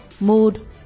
mood